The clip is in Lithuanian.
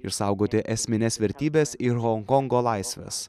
išsaugoti esmines vertybes ir honkongo laisves